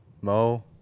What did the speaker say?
Mo